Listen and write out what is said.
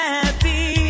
happy